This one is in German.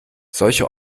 solche